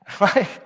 Right